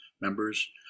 members